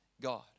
God